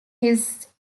his